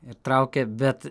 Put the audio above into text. ir traukė bet